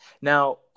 Now